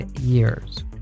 years